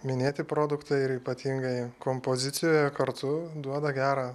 minėti produktai ir ypatingai kompozicijoje kartu duoda gerą